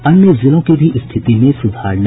अन्य जिलों की भी स्थिति में सुधार नहीं